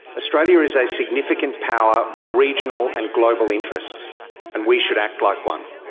australia is a significant power with regional and global interests and we should act like one.